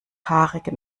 haarigen